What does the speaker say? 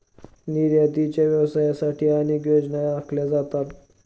निर्यातीच्या व्यवसायासाठी अनेक योजना आखल्या जातात